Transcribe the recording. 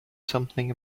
something